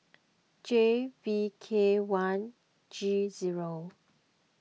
J V K one G zero